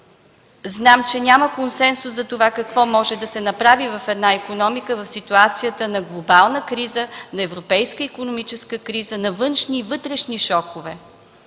Знам, че няма консенсус за това какво може да се направи в една икономика в ситуацията на глобална криза, на европейска икономическа криза, на външни и вътрешни шокове.